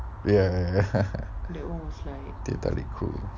ya ya ya teh tarik cool